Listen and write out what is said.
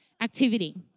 activity